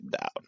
down